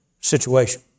situation